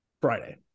Friday